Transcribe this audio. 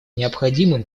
необходимым